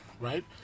right